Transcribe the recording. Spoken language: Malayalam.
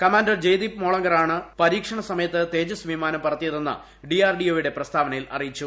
കമാൻഡർ ജയ്ദീപ് മോളങ്കറാണ് പരീക്ഷണ സമയത്ത് തേജസ് വിമാനം പറത്തിയതെന്ന് ഡിആർഡിഒയുടെ പ്രസ്താവനയിൽ അറിയിച്ചു